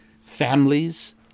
Families